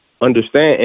understand